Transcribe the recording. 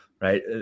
Right